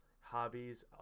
hobbies